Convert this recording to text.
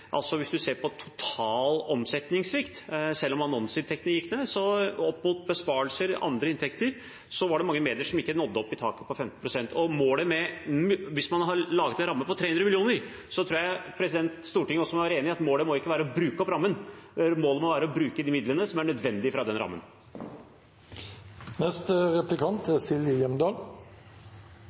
selv om annonseinntektene gikk ned, opp mot besparelser og andre inntekter mange medier som ikke nådde opp i taket på 15 pst. Hvis man har laget en ramme på 300 mill. kr, tror jeg Stortinget må være enig i at målet ikke må være å bruke opp rammen. Målet må være å bruke de midlene som er nødvendige fra den rammen. Når statsråden snakker om ytringsfrihet, klarer jeg ikke å holde meg. Vi deler nok mange av de samme verdiene der, men jeg synes det er